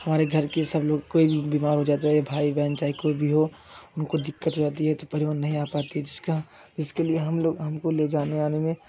हमारे घर की सब लोग कोई बीमार हो जाता है भाई बहन चाहे कोई भी हो उनको दिक्कत हो जाती है तो परिवहन नहीं आ पाती जिसे उसके लिए हम लोग हमको ले जाने आने में